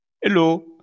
hello